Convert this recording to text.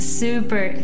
super